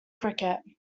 cricket